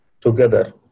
together